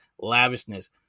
lavishness